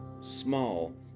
small